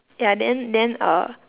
ya then then uh